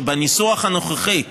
שבניסוח הנוכחי,